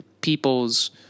people's